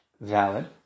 valid